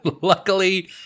Luckily